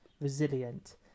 resilient